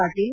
Patil